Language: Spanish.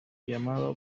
llamada